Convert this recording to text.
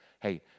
Hey